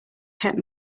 kept